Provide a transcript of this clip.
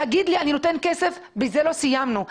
להגיד לי, אני נותן כסף בזה לא סיימנו.